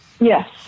yes